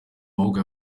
maboko